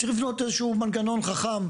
צריך לבנות איזה שהוא מנגנון חכם,